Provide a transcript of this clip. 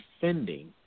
defending